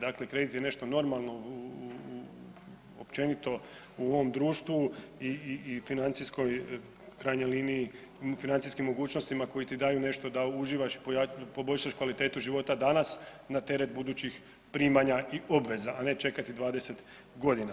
Dakle, kredit je nešto normalno, općenito u ovom društvu i financijskom krajnjoj liniji, financijskim mogućnostima koji ti daju nešto da uživaš, poboljšaš kvalitetu života danas, na teret budućih primanja i obveza a ne čekat i 20 godina.